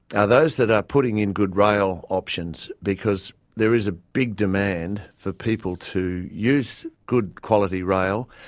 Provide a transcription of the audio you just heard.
are those that are putting in good rail options because there is a big demand for people to use good-quality rail,